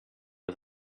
was